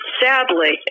sadly